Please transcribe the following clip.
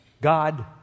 God